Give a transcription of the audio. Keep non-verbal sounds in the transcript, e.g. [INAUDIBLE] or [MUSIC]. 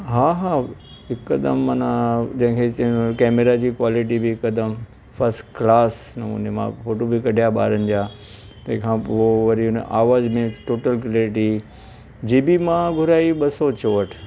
हा हा हिकदमि माना जंहिंखे [UNINTELLIGIBLE] कैमरा जी क्वालिटी बि हिकदमि फर्स्ट क्लास नमूने मां फ़ोटू बि कढियां ॿारनि जा तंहिंखां पोइ वरी हुन आवाज़ु ने टोटल क्लैरिटी जी बी मां घुराई ॿ सौ चोहठि